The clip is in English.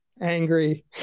angry